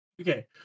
Okay